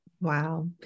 Wow